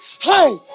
Hey